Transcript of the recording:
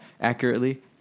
Accurately